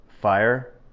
Fire